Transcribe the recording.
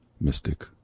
mystic